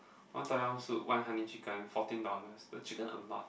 one Tom-yum soup one honey chicken fourteen dollars the chicken a lot